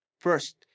First